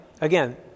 Again